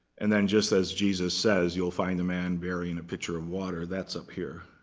and then just as jesus says, you'll find a man bearing a pitcher of water, that's up here.